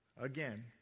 Again